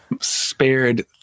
spared